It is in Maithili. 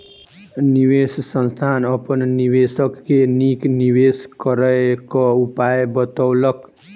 निवेश संस्थान अपन निवेशक के नीक निवेश करय क उपाय बतौलक